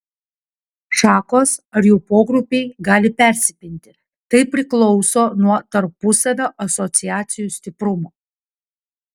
šakos ar jų pogrupiai gali persipinti tai priklauso nuo tarpusavio asociacijų stiprumo